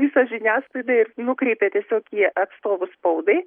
visą žiniasklaidą ir nukreipė tiesiog į atstovus spaudai